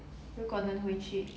如果能回去